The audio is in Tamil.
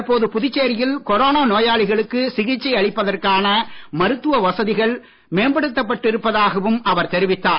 தற்போது புதுச்சேரியில் கொரோனா நோயாளிகளுக்கு சிகிச்சை அளிப்பதற்கான மருத்துவ வசதிகள் மேம்படுத்தப் பட்டிருப்பதாகவும் அவர் தெரிவித்தார்